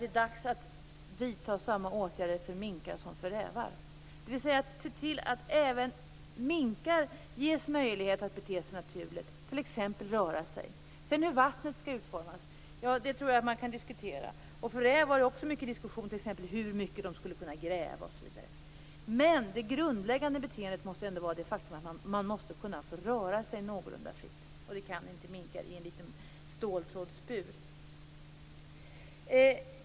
Det är dags att vidta samma åtgärder för minkar som för rävar, dvs. att se till att även minkar ges möjlighet att bete sig naturligt, t.ex. att röra sig. Hur sedan vattnet skall utformas kan diskuteras. När det gäller rävar är det också mycket diskussion om hur mycket de måste kunna gräva osv. Men det grundläggande måste ändå vara att djuren måste kunna röra sig någorlunda fritt. Det kan inte minkar i en liten ståltrådsbur.